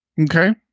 Okay